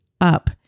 up